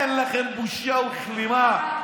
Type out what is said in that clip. אין לכם בושה וכלימה?